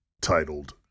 titled